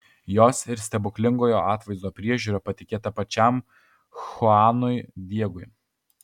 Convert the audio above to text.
jos ir stebuklingojo atvaizdo priežiūra patikėta pačiam chuanui diegui